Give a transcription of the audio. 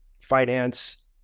finance